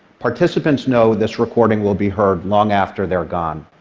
participants know this recording will be heard long after they're gone.